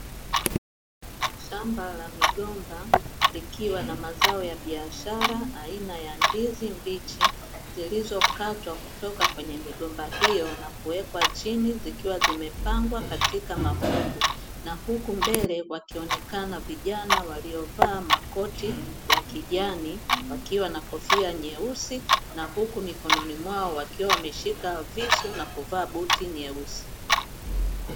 Shamba la migomba likiwa na mazao ya biashara aina ya ndizi mbichi, zilizokatwa kutoka kwenye migomba hio na kuwekwa chini zikiwa zimepangwa katika mafungu na huku mbele wakionekana vijana waliovaa makoti ya kijani wakiwa na kofia nyeusi na huku mikononi mwa wakiwa wameshika visu na kuvaa buti nyeusi.